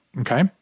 okay